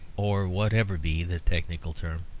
or whatever be the technical term.